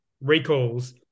recalls